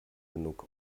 genug